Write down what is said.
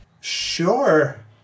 Sure